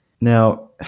Now